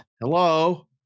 Hello